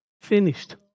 Finished